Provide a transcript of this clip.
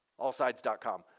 allsides.com